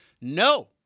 no